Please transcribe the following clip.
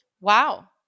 Wow